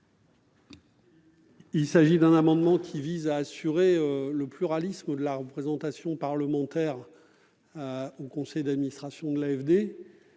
Laurent. Cet amendement vise à assurer le pluralisme de la représentation parlementaire au sein du conseil d'administration de l'AFD.